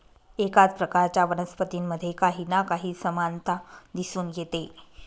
एकाच प्रकारच्या वनस्पतींमध्ये काही ना काही समानता दिसून येते